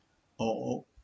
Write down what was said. oh